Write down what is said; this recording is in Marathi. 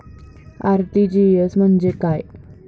आर.टी.जी.एस म्हणजे काय?